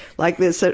like this. so